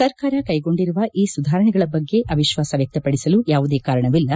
ಸರ್ಕಾರ ಕೈಗೊಂಡಿರುವ ಈ ಸುಧಾರಣೆಗಳ ಬಗ್ಗೆ ಅವಿಶ್ವಾಸ ವ್ಯಕ್ತಪಡಿಸಲು ಯಾವುದೇ ಕಾರಣವಿಲ್ಲ